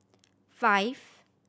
five